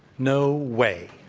no way,